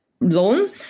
loan